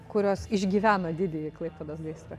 kurios išgyveno didįjį klaipėdos gaisrą